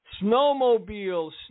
snowmobiles